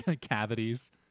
cavities